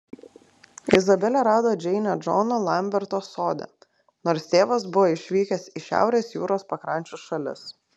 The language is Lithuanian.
izabelė rado džeinę džono lamberto sode nors tėvas buvo išvykęs į šiaurės jūros pakrančių šalis